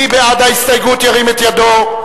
מי בעד ההסתייגות, ירים את ידו.